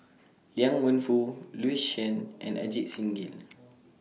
Liang Wenfu Louis Chen and Ajit Singh Gill